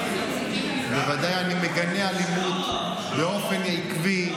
בוודאי אני מגנה אלימות באופן עקבי.